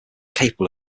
capable